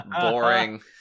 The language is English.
boring